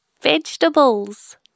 vegetables